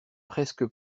presque